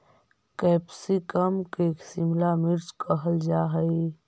capsicum के शिमला मिर्च कहल जा हइ